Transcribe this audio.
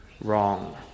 wrong